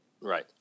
Right